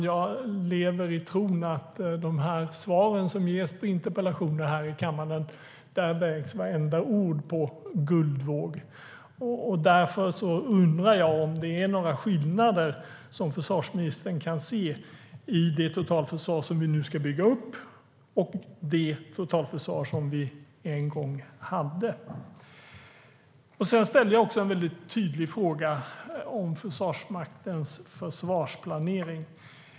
Jag lever i tron att vartenda ord i de svar som ges på interpellationer här i kammaren vägs på guldvåg. Därför undrar jag om försvarsministern kan se några skillnader i det totalförsvar som vi nu ska bygga upp och det totalförsvar som vi en gång hade. Sedan ställde jag en tydlig fråga om Försvarsmaktens försvarsplanering.